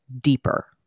deeper